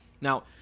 Now